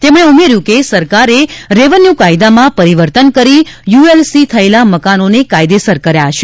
તેમણે ઉમેર્યું કે સરકારે રેવન્યુ કાયદામાં પરિવર્તન કરી યુએલસી થયેલા મકાનોને કાયદેસર કર્યા છે